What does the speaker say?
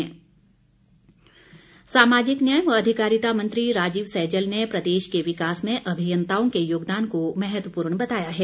सैजल सामाजिक न्याय व अधिकारिता मंत्री राजीव सैजल ने प्रदेश के विकास में अभियंताओं के योगदान को महत्वपूर्ण बताया है